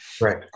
right